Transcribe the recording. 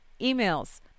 emails